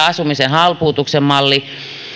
asumisen halpuutuksen malli